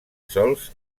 sols